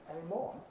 anymore